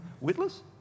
witless